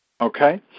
okay